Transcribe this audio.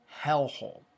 hellhole